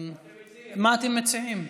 מה אתם מציעים?